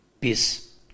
peace